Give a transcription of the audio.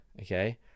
okay